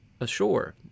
ashore